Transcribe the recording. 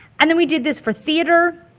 and then we did this for theater.